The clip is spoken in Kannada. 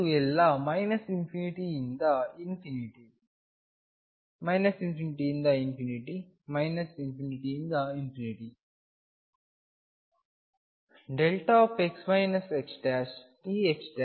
ಇದು ಎಲ್ಲ ∞ ರಿಂದ ∞ ರಿಂದ ∞ ರಿಂದ